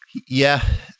yeah.